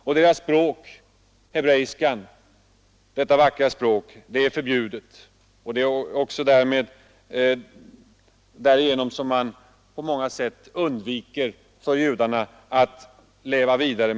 Och judarnas vackra språk, hebreiskan, är förbjudet. Därigenom omöjliggör man rent praktiskt för det judiska kulturarvet att leva vidare.